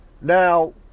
Now